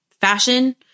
fashion